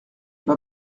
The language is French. pas